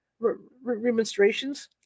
remonstrations